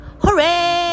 Hooray